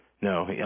no